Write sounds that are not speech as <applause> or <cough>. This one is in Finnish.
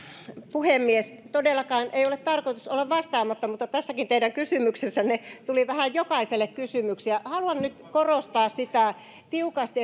puhemies todellakaan ei ole tarkoitus olla vastaamatta mutta tässäkin teidän kysymyksessänne tuli vähän jokaiselle kysymyksiä haluan nyt korostaa tiukasti <unintelligible>